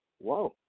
whoa